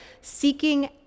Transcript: Seeking